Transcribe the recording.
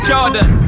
Jordan